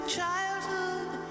childhood